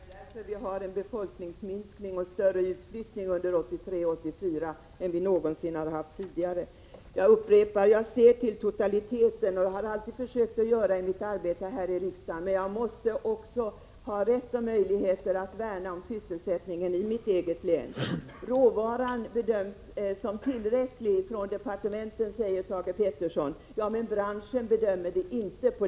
Herr talman! Jag måste då fråga: Är det därför som vi har haft en befolkningsminskning och en större utflyttning under 1983 och 1984 än någonsin tidigare? Jag upprepar: Jag ser till totaliteten, och det har jag alltid försökt göra i mitt arbete här i riksdagen. Men jag måste också ha rätt och möjlighet att värna om sysselsättningen i mitt eget län. Råvaran bedöms från departementets sida vara tillräcklig, säger Thage Peterson — men branschen bedömer det inte så.